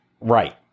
right